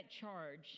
charge